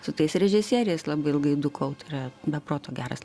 su tais režisieriais labai ilgai dūkau tai yra be proto geras